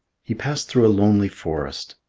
he passed through a lonely forest.